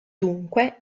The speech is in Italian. dunque